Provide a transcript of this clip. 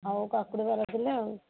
ଆଉ କାକୁଡ଼ି ବାର କିଲୋ ଆଉ